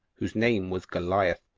whose name was goliath,